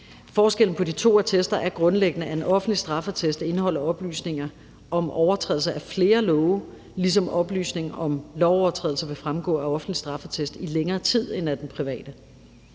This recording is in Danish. Forskellen på de to attester er grundlæggende, at en offentlig straffeattest indeholder oplysninger om overtrædelser af flere love, ligesom en oplysning om en lovovertrædelse vil fremgå af den offentlige straffeattest i længere tid end af den private.